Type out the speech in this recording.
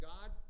God